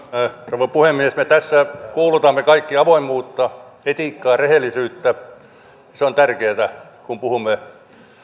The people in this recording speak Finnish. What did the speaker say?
rouva puhemies me kaikki tässä kuulutamme avoimuutta etiikkaa rehellisyyttä se on tärkeätä kun puhumme